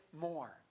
more